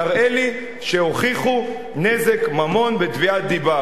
תראה לי שהוכיחו נזק ממון בתביעת דיבה.